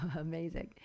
amazing